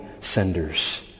senders